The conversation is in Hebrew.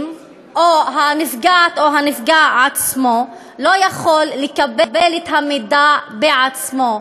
כשהנפגעת או הנפגע לא יכולים לקבל את המידע בעצמם,